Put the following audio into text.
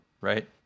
right